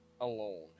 alone